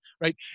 right